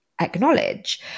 acknowledge